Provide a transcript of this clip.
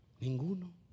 Ninguno